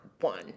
one